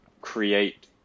create